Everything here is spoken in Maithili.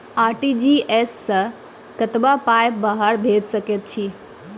आर.टी.जी.एस सअ कतबा पाय बाहर भेज सकैत छी?